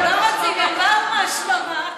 איזו שממה?